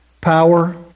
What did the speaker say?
power